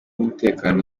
umutekano